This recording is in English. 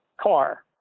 car